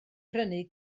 prynu